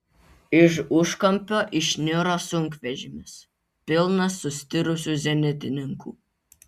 iš užkampio išniro sunkvežimis pilnas sustirusių zenitininkų